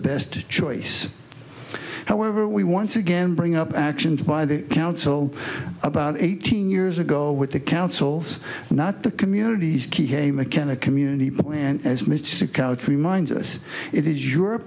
best choice however we once again bring up actions by the council about eighteen years ago with the councils not the communities key hey mckenna community people and as mr coutts reminds us it is europe